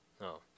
No